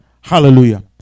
Hallelujah